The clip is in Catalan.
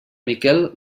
miquel